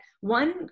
one